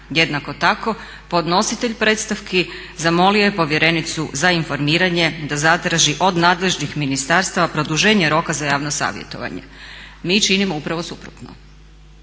Jednako tako podnositelj predstavki zamolio je povjerenicu za informiranje da zatraži od nadležnih ministarstava produženje roka za javno savjetovanje. Mi činimo upravo suprotno.